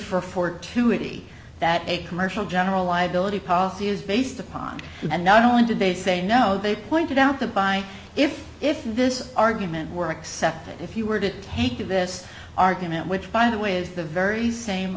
for fortuity that a commercial general liability policy is based upon and not only did they say no they pointed out that by if if this argument were accepted if you were to take this argument which by the way is the very same